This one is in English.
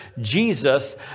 Jesus